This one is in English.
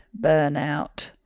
burnout